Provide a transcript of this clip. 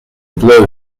blow